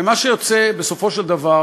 ומה שיוצא בסופו של דבר